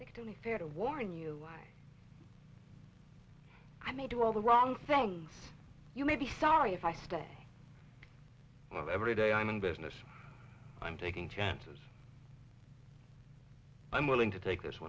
i think it only fair to warn you i may do all the wrong things you may be sorry if i stay alive every day i'm in business i'm taking chances i'm willing to take this